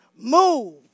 move